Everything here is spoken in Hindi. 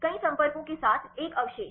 कई संपर्कों के साथ एक अवशेष